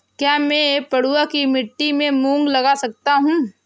क्या मैं पडुआ की मिट्टी में मूँगफली लगा सकता हूँ?